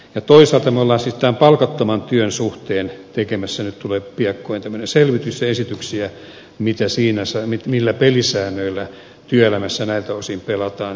toisaalta olemme siis tämän palkattoman työn suhteen tekemässä piakkoin tulee tämmöinen selvitys esityksiä millä pelisäännöillä työelämässä näiltä osin pelataan tai toimitaan